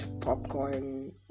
popcorn